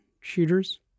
shooters